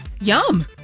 Yum